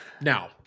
Now